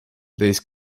these